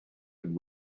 and